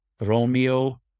Romeo